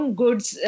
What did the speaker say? goods